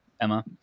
Emma